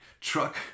truck